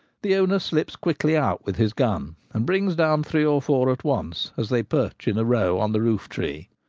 the owner slips quickly out with his gun, and brings down three or four at once as they perch in a row on the roof-tree.